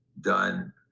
done